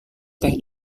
teh